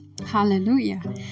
Hallelujah